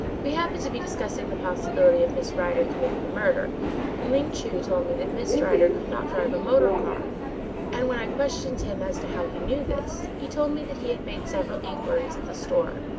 we happened to be discussing the possibility of miss rider committing the murder and ling chu told me that miss rider could not drive a motor-car and when i questioned him as to how he knew this, he told me that he had made several inquiries at the store.